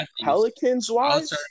Pelicans-wise